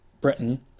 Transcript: britain